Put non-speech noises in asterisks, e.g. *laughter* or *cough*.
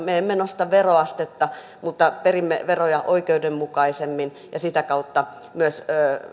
*unintelligible* me emme nosta veroastetta mutta perimme veroja oikeudenmukaisemmin ja sitä kautta myös